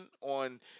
on